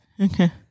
Okay